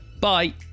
Bye